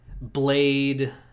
Blade